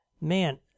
man